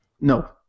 No